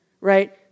right